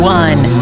one